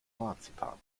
marzipan